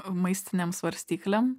maistinėm svarstyklėm